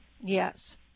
Yes